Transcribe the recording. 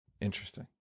Interesting